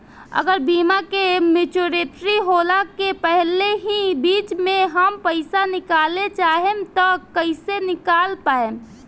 अगर बीमा के मेचूरिटि होला के पहिले ही बीच मे हम पईसा निकाले चाहेम त कइसे निकाल पायेम?